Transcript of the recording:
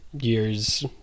Years